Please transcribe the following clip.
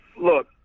look